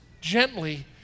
gently